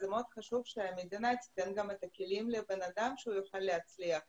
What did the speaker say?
מאוד חשוב שהמדינה תיתן גם את הכלים לאדם כי שיוכל להצליח כאן.